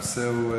הנושא הוא,